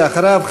ואחריו,